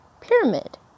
pyramid